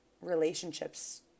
relationships